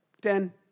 Ten